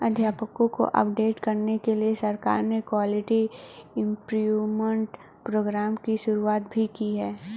अध्यापकों को अपडेट करने के लिए सरकार ने क्वालिटी इम्प्रूव्मन्ट प्रोग्राम की शुरुआत भी की है